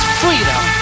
freedom